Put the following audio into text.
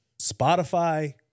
spotify